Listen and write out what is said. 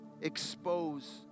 expose